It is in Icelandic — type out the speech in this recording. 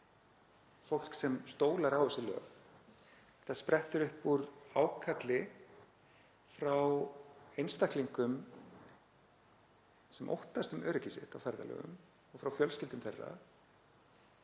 fólk sem stólar á þessi lög. Þetta sprettur upp úr ákalli frá einstaklingum sem óttast um öryggi sitt á ferðalögum og frá fjölskyldum þeirra.